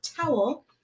towel